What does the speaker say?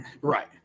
Right